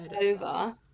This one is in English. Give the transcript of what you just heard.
over